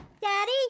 Daddy